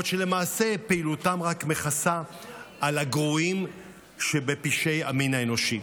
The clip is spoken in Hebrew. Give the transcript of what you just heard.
בעוד שלמעשה פעילותם רק מכסה על הגרועים שבפשעי המין האנושי.